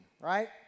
right